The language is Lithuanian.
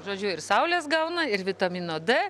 žodžiu ir saulės gauna ir vitamino d